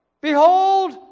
behold